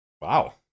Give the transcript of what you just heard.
Wow